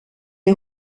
est